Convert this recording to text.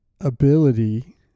ability